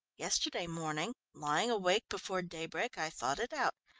yesterday morning, lying awake before daybreak, i thought it out.